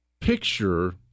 picture